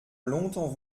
longtemps